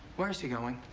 where is he going?